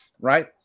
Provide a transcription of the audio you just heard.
right